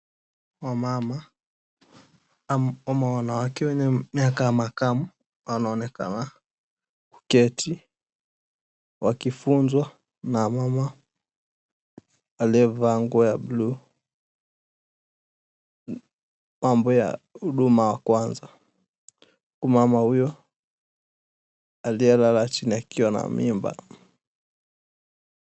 Wamama ama wanawake wenye miaka ya makamu wanaonekana kuketi wakifunzwa na mama aliye vaa nguo ya blue mambo ya Huduma ya kwanza, huku mama huyo aliyelala chini akiwa na mimba.